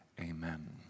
amen